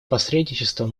посредничество